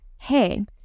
hey